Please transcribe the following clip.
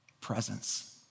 presence